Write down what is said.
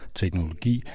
teknologi